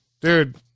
Dude